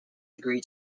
agree